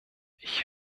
ich